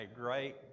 great